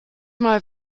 mal